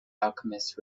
alchemist